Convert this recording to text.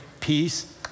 peace